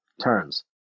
turns